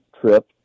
trip